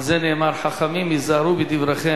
על זה נאמר: חכמים היזהרו בדבריכם,